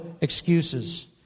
excuses